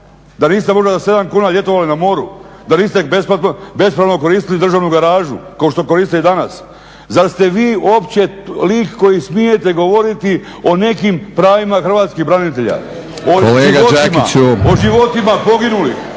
Da niste možda za 7 kuna ljetovali na moru? Da niste besplatno, bespravno koristili državnu garažu kao što koristite i danas? Zar ste vi uopće lik koji smijete govoriti o nekim pravima hrvatskih branitelja? …/Upadica Batinić: